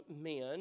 men